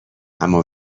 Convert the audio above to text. اما